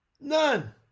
none